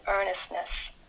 earnestness